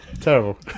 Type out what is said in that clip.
terrible